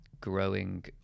growing